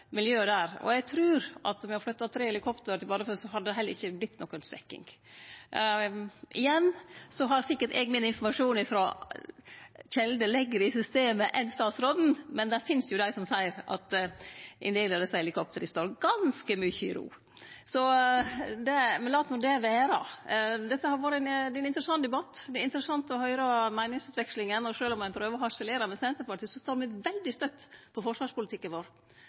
og eg trur at med å flytte tre helikopter til Bardufoss hadde det heller ikkje vorte noka svekking. Igjen har eg sikkert min informasjon frå kjelder lenger nede i systemet enn statsråden, men det finst jo dei som seier at ein del av desse helikoptra står ganske mykje i ro. Men lat no det vere. Dette er ein interessant debatt. Det er interessant å høyra meiningsutvekslinga. Sjølv om ein prøver å harselere med Senterpartiet, står me veldig støtt på forsvarspolitikken vår.